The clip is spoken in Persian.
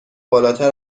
بالاتر